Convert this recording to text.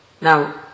Now